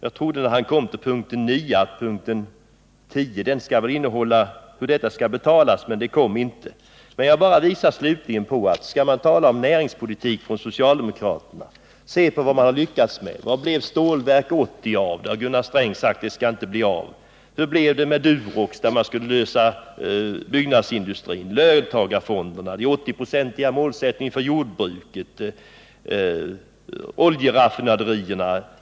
Jag trodde när han kom till punkten 9 att punkten 10 skulle innehålla något om hur detta skall betalas, men det kom inte. Jag vill slutligen bara peka på att om man skall tala om socialdemokraternas näringspolitik, så skall man se på vad de har lyckats med. Vad blev det av Stålverk 80? Gunnar Sträng har sagt att det inte skall bli av. Hur blev det med Durox, där man skulle lösa byggnadsindustrins problem, löntagarfonderna, den 80-procentiga målsättningen för jordbruket, oljeraffinaderierna?